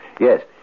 Yes